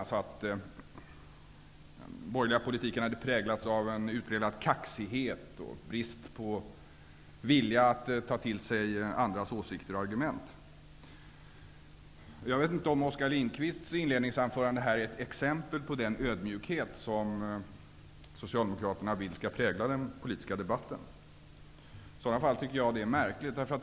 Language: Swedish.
Han sade att den borgerliga politiken har präglats av kaxighet och brist på vilja att ta till sig andras åsikter och argument. Jag vet inte om Oskar Lindkvists inledningsanförande här är ett exempel på den ödmjukhet som Socialdemokraterna vill skall prägla den politiska debatten. I så fall tycker jag att det är märkligt.